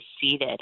seated